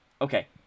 Okay